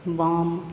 बाम